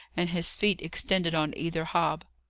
and his feet extended on either hob.